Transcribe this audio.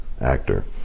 actor